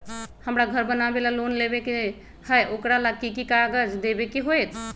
हमरा घर बनाबे ला लोन लेबे के है, ओकरा ला कि कि काग़ज देबे के होयत?